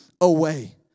away